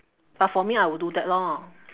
but for me I will do that lor